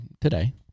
today